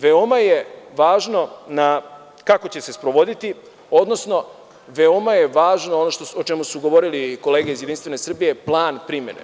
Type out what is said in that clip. Veoma je važno kako će se sprovoditi, odnosno veoma je važno ono o čemu su govorile kolege iz JS, plan primene.